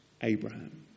Abraham